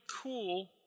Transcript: cool